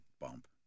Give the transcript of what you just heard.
bump